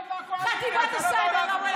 חטיבת הסייבר.